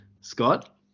Scott